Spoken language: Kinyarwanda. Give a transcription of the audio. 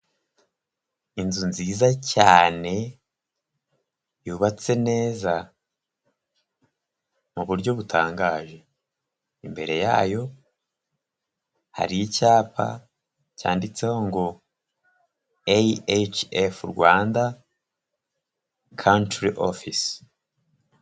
Inzu nziza cyane yubatse neza mu buryo butangaje. Imbere yayo hariho icyapa cyanditseho ngo AHF Rwanda country office.